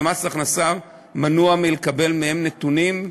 ומס הכנסה מנוע מלקבל מהם נתונים.